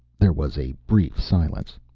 there was a brief silence.